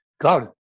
God